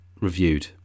reviewed